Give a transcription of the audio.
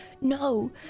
No